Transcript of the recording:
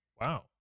wow